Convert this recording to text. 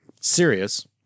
serious